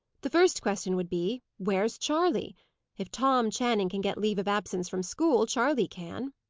the first question would be, where's charley if tom channing can get leave of absence from school, charley can.